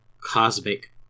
cosmic